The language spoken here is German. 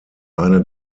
eine